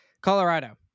Colorado